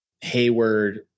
Hayward